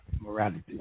morality